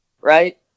Right